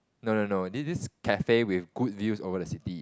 no no no this this cafe with good views over the city